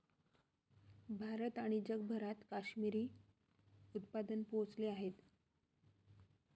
भारत आणि जगभरात काश्मिरी उत्पादन पोहोचले आहेत